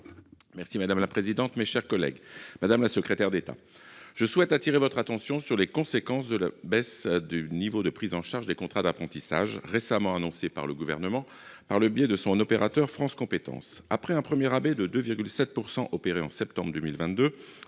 et de la formation professionnels. Madame la secrétaire d’État, je souhaite attirer votre attention sur les conséquences de la baisse du niveau de prise en charge des contrats d’apprentissage récemment annoncée par le Gouvernement par l’intermédiaire de son opérateur France Compétences. Après un premier rabais de 2,7 % opéré en septembre 2022,